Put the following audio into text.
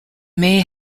may